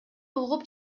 угуп